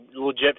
legit